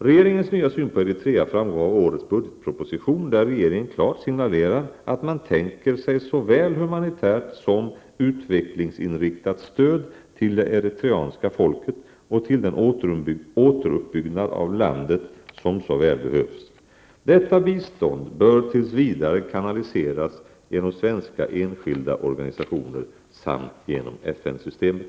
Regeringens nya syn på Eritrea framgår av årets budgetproposition, där regeringen klart signalerar att man tänker sig såväl humanitärt som utvecklingsinriktat stöd till det eritreanska folket och till den återuppbyggnad av landet som så väl behövs. Detta bistånd bör tills vidare kanaliseras genom svenska enskilda organisationer samt genom FN-systemet.